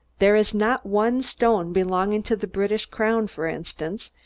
there is not one stone belonging to the british crown, for instance,